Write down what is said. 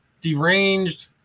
deranged